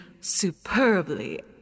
superbly